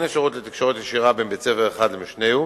לתקשורת ישירה בין בית-ספר אחד למשנהו